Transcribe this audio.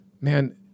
man